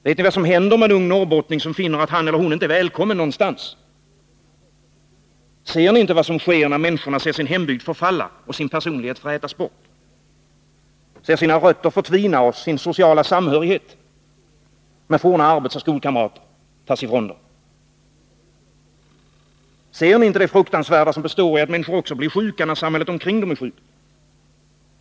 Vet ni vad som händer med en ung norrbottning, som finner att han eller hon inte är välkommen någonstans? Ser ni inte vad som sker när människorna ser sin hembygd förfalla och sin personlighet frätas bort, när de ser sina rötter förtvina och den sociala samhörigheten med forna skoloch arbetskamrater tas ifrån dem? Ser ni inte det fruktansvärda som består i att människor också blir sjuka när samhället omkring dem är sjukt.